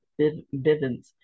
Bivens